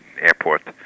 airport